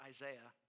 Isaiah